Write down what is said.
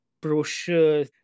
brochure